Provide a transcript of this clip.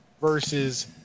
versus